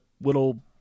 little